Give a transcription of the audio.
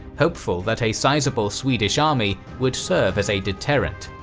hopeful that a sizeable swedish army would serve as a deterrent.